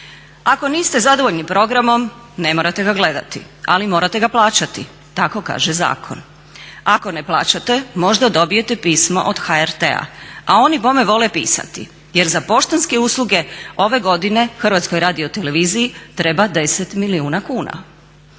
Ako niste zadovoljni programom ne morate ga gledati, ali morate ga plaćati. Tako kaže zakon. Ako ne plaćate možda dobijete pismo od HRT-a, a oni bome vole pisati jer za poštanske usluge ove godine HRT-u treba 10 milijuna kuna.